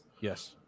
yes